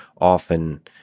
often